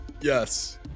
yes